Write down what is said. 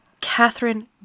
catherine